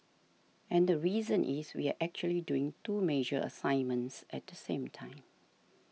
and the reason is we are actually doing two major assignments at the same time